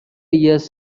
years